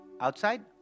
outside